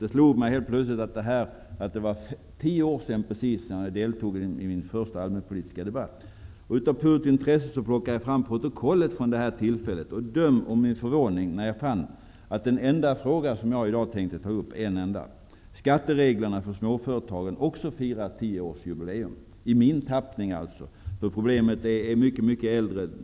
Det slog mig helt plötsligt att det var precis tio år sedan jag deltog i min första allmänpolitiska debatt. Av purt intresse plockade jag fram protokollet från detta tillfälle. Döm om min förvåning när jag fann att den enda fråga som jag i dag tänkte ta upp -- skattereglerna för småföretagen -- också firar tioårsjubileum, i min tappning alltså. Problemet i sig är mycket äldre.